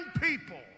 people